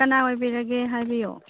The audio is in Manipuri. ꯀꯅꯥ ꯑꯣꯏꯕꯤꯔꯒꯦ ꯍꯥꯏꯕꯤꯌꯣ